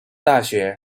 大学